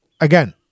Again